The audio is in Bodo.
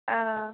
औ